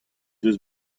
deus